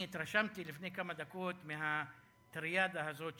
אני התרשמתי לפני כמה דקות מהטריאדה הזאת,